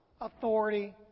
authority